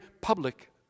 public